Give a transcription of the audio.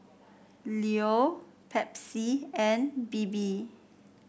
Leo Pepsi and Bebe